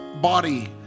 body